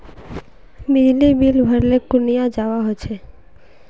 बिजली बिल भरले कुनियाँ जवा होचे?